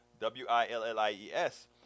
W-I-L-L-I-E-S